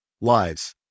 lives